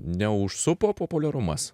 neužsupo populiarumas